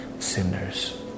Sinners